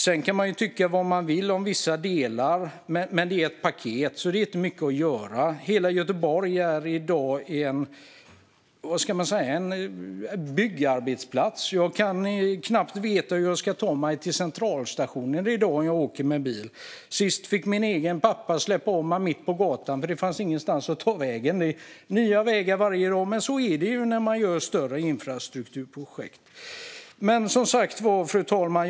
Sedan kan man tycka vad man vill om vissa delar, men det är ett paket, så det är inte mycket att göra. Hela Göteborg är i dag en byggarbetsplats. Jag vet knappt hur jag ska ta mig till centralstationen i dag när jag åker bil. Sist fick min egen pappa släppa av mig mitt på gatan, för det fanns ingenstans att ta vägen. Det är nya vägar varje dag, men så är det vid större infrastrukturprojekt. Fru talman!